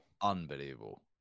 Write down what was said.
Unbelievable